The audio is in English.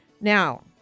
Now